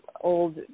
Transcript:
old